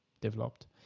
developed